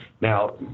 Now